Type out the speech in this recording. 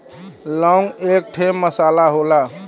लौंग एक ठे मसाला होला